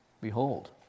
Behold